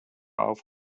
auf